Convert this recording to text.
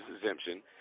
exemption